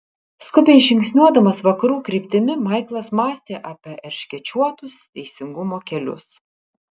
skubiai žingsniuodamas vakarų kryptimi maiklas mąstė apie erškėčiuotus teisingumo kelius